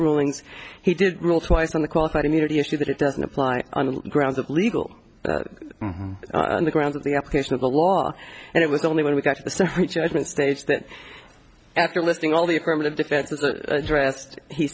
rulings he did rule twice on the qualified immunity issue that it doesn't apply on the grounds of legal on the grounds of the application of the law and it was only when we got to the summary judgment stage that after listing all the affirmative defenses dressed he